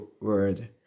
word